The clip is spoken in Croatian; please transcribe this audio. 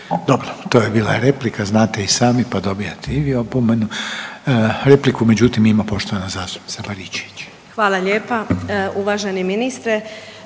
Dobro, to je bila replika znate i sami pa dobijate i vi opomenu. Repliku međutim ima poštovana zastupnica Baričević. **Baričević, Danica